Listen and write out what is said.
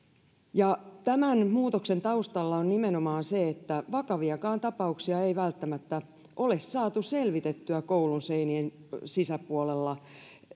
tämän muutoksen taustalla on nimenomaan se että vakaviakaan tapauksia ei välttämättä ole saatu selvitettyä koulun seinien sisäpuolella